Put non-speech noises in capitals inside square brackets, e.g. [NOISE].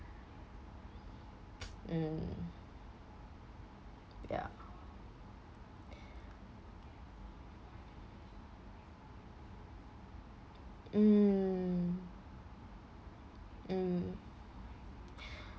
mm yeah mm mm [BREATH]